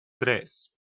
tres